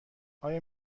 آیا